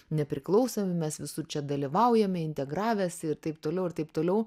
nepriklausomi mes visur čia dalyvaujame integravęsi ir taip toliau ir taip toliau